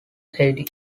heidi